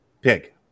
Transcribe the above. pig